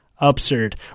absurd